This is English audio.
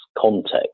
context